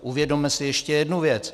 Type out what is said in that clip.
Uvědomme si ještě jednu věc.